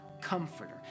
comforter